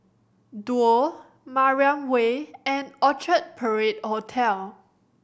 Duo Mariam Way and Orchard Parade Hotel